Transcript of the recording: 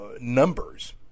numbers